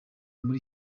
muri